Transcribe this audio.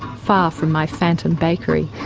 far from my phantom bakery.